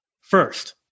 first